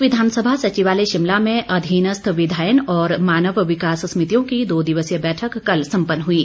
बैठक प्रदेश विधानसभा सचिवालय में अधीनस्थ विधायन और मानव विकास समितियों की दो दिवसीय बैठक कल सम्पन्न हुई